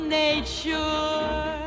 nature